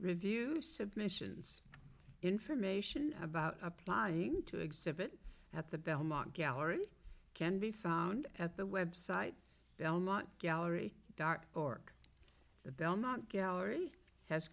review of submissions information about applying to exhibit at the belmont gallery can be found at the website belmont gallery dark orc the belmont gallery has